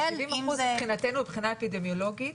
אבל 70% מבחינתנו, מבחינה אפידמיולוגית,